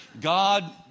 God